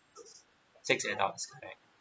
six adults correct